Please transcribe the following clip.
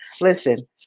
Listen